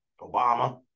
obama